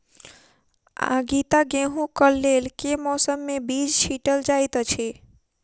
आगिता गेंहूँ कऽ लेल केँ मौसम मे बीज छिटल जाइत अछि?